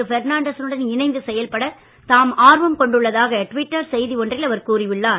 ஃபெர்னாண்டசுடன் இணைந்து செயல்பட தாம் ஆர்வம் கொண்டுள்ளதாக ட்விட்டர் செய்தி ஒன்றில் அவர் கூறியுள்ளார்